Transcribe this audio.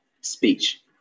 speech